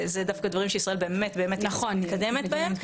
אלה דברים שישראל באמת באמת מתקדמת בהם.